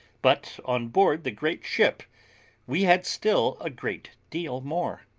but on board the great ship we had still a great deal more.